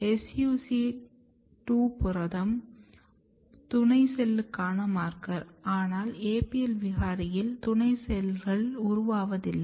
SUC2 புரதம் துணை செல்லுக்கான மார்க்கர் ஆனால் APL விகாரியில் துணை செல்கள் உருவாவது இல்லை